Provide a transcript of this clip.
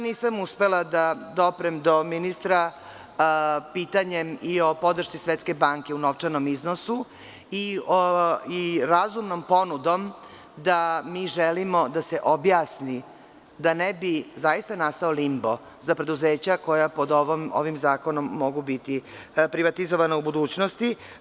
Nisam uspela da doprem do ministra pitanjem i o podršci Svetske banke o novčanom iznosu i razumnom ponudom da mi želimo da se objasni da ne bi zaista nastao limbo za preduzeća koja pod ovim zakonom mogu biti privatizovana u budućnosti.